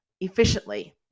efficiently